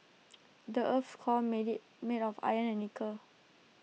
the Earth's core made IT make of iron and nickel